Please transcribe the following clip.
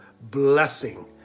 blessing